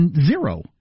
zero